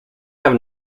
have